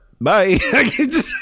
Bye